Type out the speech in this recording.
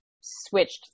switched